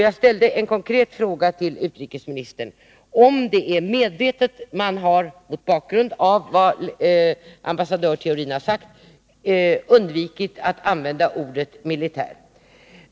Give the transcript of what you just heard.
Jag ställde en konkret fråga till utrikesministern, mot bakgrund av vad ambassadör Theorin har sagt, om det är medvetet som man har undvikit att använda ”militär”.